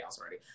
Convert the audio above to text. already